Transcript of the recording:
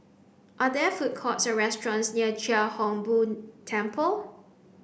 are there food courts or restaurants near Chia Hung Boo Temple